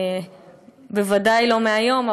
בוודאי לא מהיום,